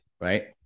right